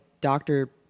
doctor